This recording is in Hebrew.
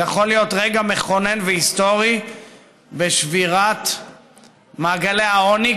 זה יכול להיות רגע מכונן והיסטורי בשבירת מעגלי העוני,